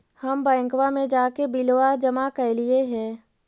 हम बैंकवा मे जाके बिलवा जमा कैलिऐ हे?